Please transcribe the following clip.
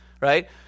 right